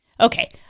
Okay